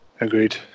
Agreed